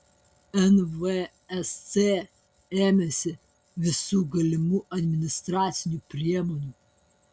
nvsc ėmėsi visų galimų administracinių priemonių